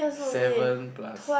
seven plus